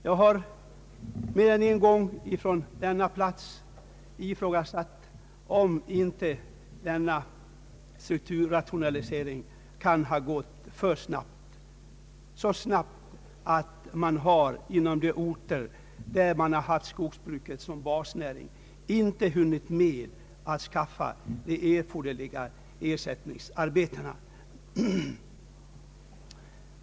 Jag har mer än en gång från denna plats ifrågasatt om inte strukturrationaliseringen kan ha gått för snabbt, så snabbt att man på de orter där skogsbruket varit basnäring inte hunnit med att skaffa de erforderliga ersättningsarbetena.